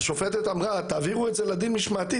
השופטת אמרה להעביר את זה לדין המשמעתי,